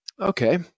okay